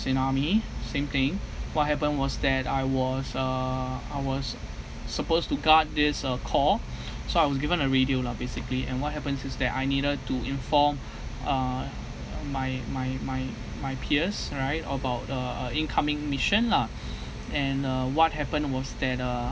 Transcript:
in army same thing what happened was that I was uh I was supposed to guard this uh call so I was given a radio lah basically and what happens is that I needed to inform uh my my my my peers right about uh uh incoming mission lah and uh what happened was that uh